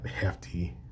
hefty